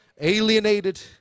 alienated